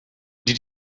did